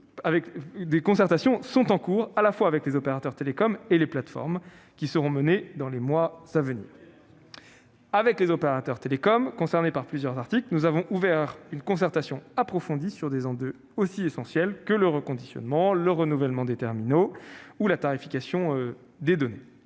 Des concertations sont par ailleurs en cours avec les opérateurs télécoms et avec les plateformes ; elles seront conclues dans les mois à venir. Avec les opérateurs télécoms, qui sont concernés par plusieurs articles, nous avons ouvert une concertation approfondie sur des enjeux aussi essentiels que le reconditionnement, le renouvellement des terminaux ou la tarification des données.